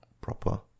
proper